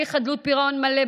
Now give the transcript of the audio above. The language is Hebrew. הליך חדלות פירעון מלא,